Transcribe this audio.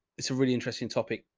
it's a really interesting topic,